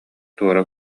туора